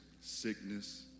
sickness